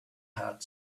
heart